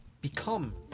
become